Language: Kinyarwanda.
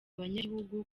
abanyagihugu